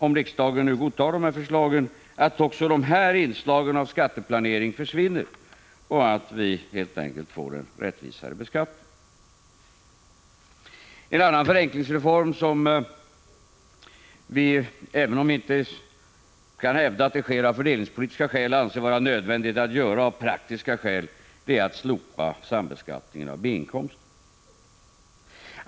Om riksdagen godtar förslagen försvinner också dessa inslag av skatteplanering, och vi får helt enkelt en rättvisare beskattning. En annan förenklingsreform som vi föreslår — även om vi inte kan hävda att den är nödvändig av fördelningspolitiska skäl, utan av praktiska skäl — är att slopa sambeskattningen av B-inkomster.